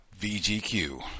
VGQ